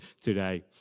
today